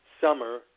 summer